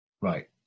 right